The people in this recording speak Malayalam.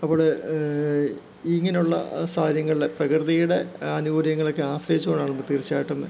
അപ്പോള് ഇങ്ങനുള്ള സാഹചര്യങ്ങളില് പ്രകൃതിയുടെ ആനുകൂല്യങ്ങളൊക്കെ ആശ്രയികൊണ്ടാകുമ്പോള് തീർച്ചയാട്ടും